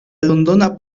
londona